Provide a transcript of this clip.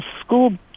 School